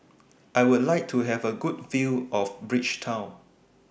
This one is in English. I Would like to Have A Good View of Bridgetown